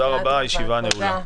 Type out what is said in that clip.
תודה רבה, הישיבה נעולה.